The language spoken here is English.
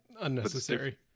Unnecessary